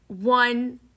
one